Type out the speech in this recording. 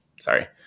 sorry